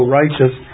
righteous